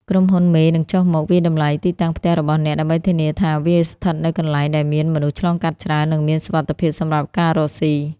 ក្រុមហ៊ុនមេនឹងចុះមក "វាយតម្លៃទីតាំងផ្ទះរបស់អ្នក" ដើម្បីធានាថាវាស្ថិតនៅកន្លែងដែលមានមនុស្សឆ្លងកាត់ច្រើន និងមានសុវត្ថិភាពសម្រាប់ការរកស៊ី។